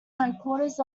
headquarters